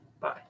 Bye